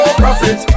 profit